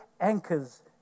anchors